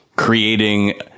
Creating